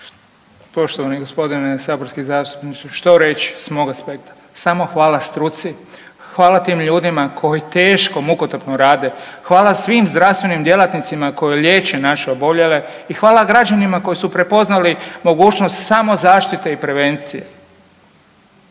Poštovani g. saborski zastupniče što reći s mog aspekta, samo hvala struci, hvala tim ljudima koji teško i mukotrpno rade, hvala svim zdravstvenim djelatnicima koji liječe naše oboljele i hvala građanima koji su prepoznali mogućnost samozaštite i prevencije.